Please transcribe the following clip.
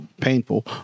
painful